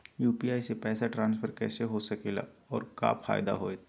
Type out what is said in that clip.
UPI से पैसा transfer कैसे हो सके ला और का फायदा होएत?